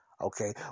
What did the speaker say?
Okay